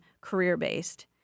career-based